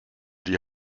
die